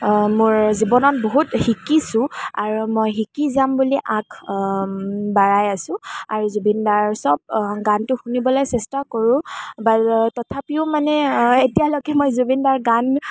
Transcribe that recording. মোৰ জীৱনত বহুত শিকিছোঁ আৰু মই শিকি যাম বুলি আশ বাৰায় আছোঁ আৰু জুবিন দাৰ সব গানটো শুনিবলৈ চেষ্টা কৰোঁ বাট তথাপিও মানে এতিয়ালৈকে মই জুবিন দাৰ গান